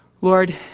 Lord